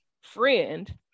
friend